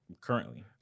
currently